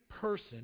person